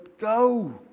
go